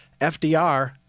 FDR